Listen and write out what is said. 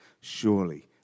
surely